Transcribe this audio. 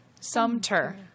Sumter